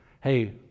hey